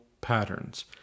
patterns